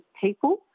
people